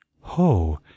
Ho